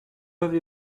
avez